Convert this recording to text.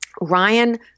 Ryan